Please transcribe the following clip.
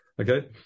Okay